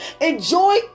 enjoy